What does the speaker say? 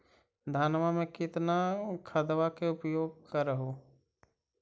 धानमा मे कितना खदबा के उपयोग कर हू?